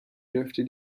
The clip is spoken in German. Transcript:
dürfte